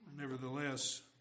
nevertheless